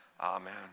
Amen